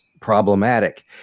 problematic